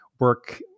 work